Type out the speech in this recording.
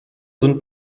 sind